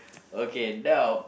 okay now